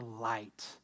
light